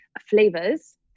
flavors